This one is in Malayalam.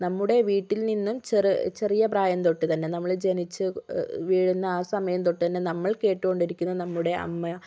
നമ്മുടെ വീട്ടിൽ നിന്നും ചെറു ചെറിയ പ്രായം തൊട്ട് തന്നെ നമ്മൾ ജനിച്ച് വീഴുന്ന ആ സമയം തൊട്ട് തന്നെ നമ്മൾ കേട്ട് കൊണ്ടിരിക്കുന്ന നമ്മുടെ അമ്മ